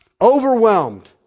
Overwhelmed